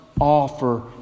offer